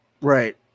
Right